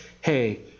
hey